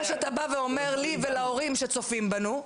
מה שאתה בא ואומר לי ולהורים שצופים בנו,